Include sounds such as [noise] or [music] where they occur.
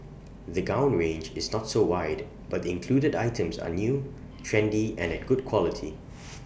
the gown range is not so wide but the included items are new trendy and at good quality [noise]